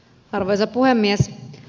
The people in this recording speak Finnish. arvoisa puhemies